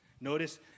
Notice